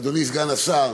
אדוני סגן השר.